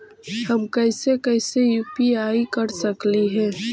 हम कैसे कैसे यु.पी.आई कर सकली हे?